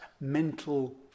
mental